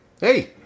Hey